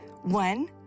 One